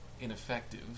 ineffective